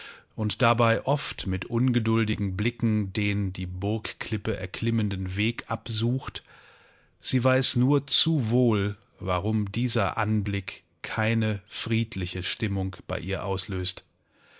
und dabei oft mit ungeduldigen blicken den die burgklippe erklimmenden weg absucht sie weiß nur zu wohl warum dieser anblick keine friedliche stimmung bei ihr auslöst